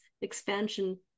expansion